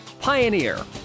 Pioneer